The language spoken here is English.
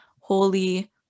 holy